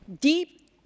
deep